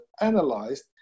analyzed